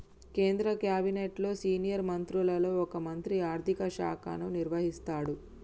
కేంద్ర క్యాబినెట్లో సీనియర్ మంత్రులలో ఒక మంత్రి ఆర్థిక శాఖను నిర్వహిస్తాడు